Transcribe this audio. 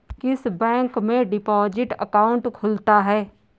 किस बैंक में deposit account खुलता है?